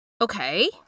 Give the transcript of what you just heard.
okay